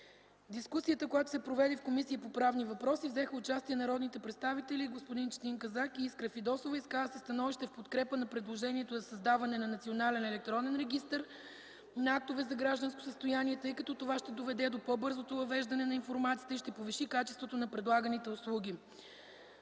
дискусията, която се проведе в Комисията по правни въпроси, взеха участие народните представители господин Четин Казак и Искра Фидосова. Изказа се становище в подкрепа на предложението за създаване на Национален електронен регистър на актове за гражданско състояние, тъй като това ще доведе до по-бързото въвеждане на информацията и ще повиши качеството на предлаганите услуги.